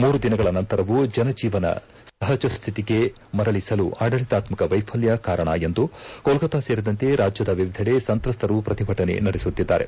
ಮೂರು ದಿನಗಳ ನಂತರವೂ ಜನ ಜೀವನ ಸಹಜ ಸ್ವಿತಿಗೆ ಮರಳಿಸಲು ಆಡಳಿತಾತ್ಮಕ ವೈಫಲ್ಯ ಕಾರಣ ಎಂದು ಕೋಲ್ಕತ್ತಾ ಸೇರಿದಂತೆ ರಾಜ್ಯದ ವಿವಿಧೆಡೆ ಸಂತ್ರಸ್ತರು ಪ್ರತಿಭಟನೆ ನಡೆಸುತ್ತಿದ್ದಾರೆ